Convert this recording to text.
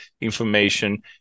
information